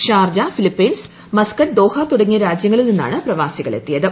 Sharjah Philippines Muscat Doha തുടങ്ങിയ രാജ്യങ്ങളിൽ നിന്നാണ് പ്രവാസികൾ എത്തിയത്